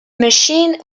machine